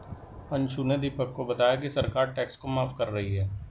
अंशु ने दीपक को बताया कि सरकार टैक्स को माफ कर रही है